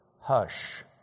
hush